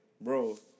bro